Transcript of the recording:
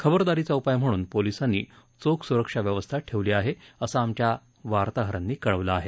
खबरदारीचा उपाय म्हणून पोलिसांनी चोख सुरक्षा व्यवस्था ठेवली आहे असं आमच्या वार्ताहरांनी कळवलं आहे